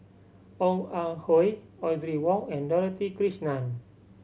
Ong Ah Hoi Audrey Wong and Dorothy Krishnan